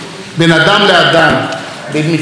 בין מפלגה למפלגה,